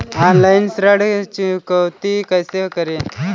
Online ऋण चुकौती कैसे करें?